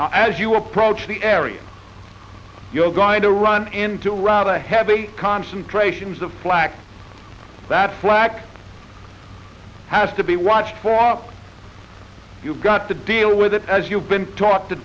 two as you approach the area you're going to run into rout a heavy concentrations of flak that flak has to be watched for up you've got to deal with it as you've been taught to